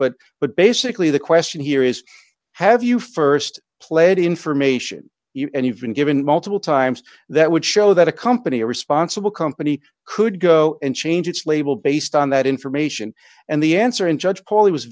but but basically the question here is have you st pled information and you've been given multiple times that would show that a company a responsible company could go and change its label based on that information and the answer in judge pauley was